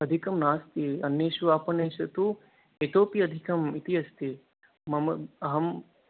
अधिकं नास्ति अन्येषु आपणेषु तु इतोऽपि अधिकम् इति अस्ति मम अहं